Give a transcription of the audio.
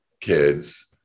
kids